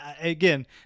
again